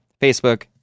Facebook